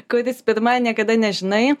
kuris pirma niekada nežinai